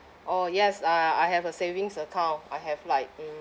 orh yes uh I have a savings account I have like mm